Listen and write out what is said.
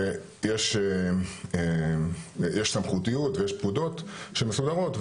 יש סמכויות ויש פקודות שמסודרות.